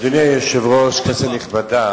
אדוני היושב-ראש, כנסת נכבדה,